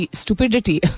stupidity